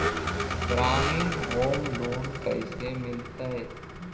ग्रामीण home loan कैसे मिलतै?